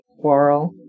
quarrel